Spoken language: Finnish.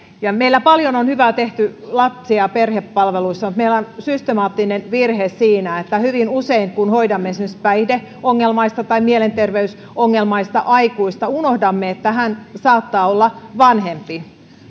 meillä paljon on hyvää tehty lapsi ja perhepalveluissa mutta meillä on systemaattinen virhe siinä että hyvin usein kun hoidamme esimerkiksi päihdeongelmaista tai mielenterveysongelmaista aikuista unohdamme että hän saattaa olla vanhempi